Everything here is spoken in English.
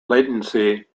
latency